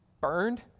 burned